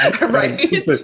Right